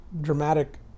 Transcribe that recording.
dramatic